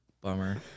Bummer